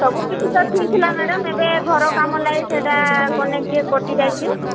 ସବୁ କିଛି ତ ଠିକ ଥିଲା ମ୍ୟାଡ଼ମ ଏବେ ଘର କାମ ଲାଗି ସେଟା କନେକ୍ଟ ଟିକେ କଟିଯାଇଛି